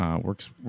Works